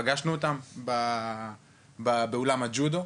פגשנו את כל האוכלוסיות האלו באולם הג'ודו,